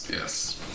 Yes